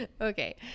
okay